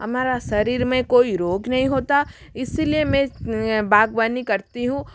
हमारा शरीर में कोई रोग नहीं होता इसीलिए मैं बागवानी करती हूँ